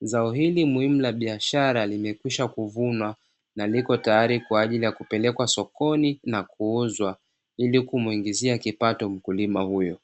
zao hili muhimu la biashara limekwisha kuvunwa na liko tayari kwa ajili ya kupelekwa sokoni na kuuzwa ili kumuingizia kipato mkulima huyo.